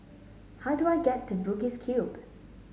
how do I get to Bugis Cube